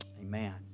Amen